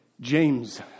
James